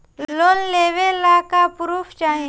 Loan लेवे ला का पुर्फ चाही?